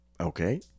Okay